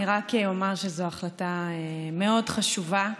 אני רק אומר שזו החלטה מאוד חשובה,